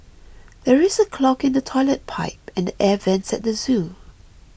there is a clog in the Toilet Pipe and the Air Vents at the zoo